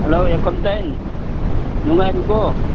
hello ꯑꯦꯀꯥꯎꯟꯇꯦꯟ ꯅꯨꯡꯉꯥꯏꯔꯤꯕꯣ